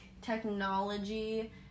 technology